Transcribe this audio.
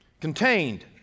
contained